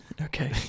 Okay